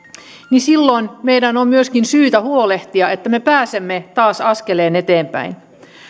niin silloin meidän on myöskin syytä huolehtia että me pääsemme taas askeleen eteenpäin